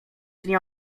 nie